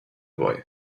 boy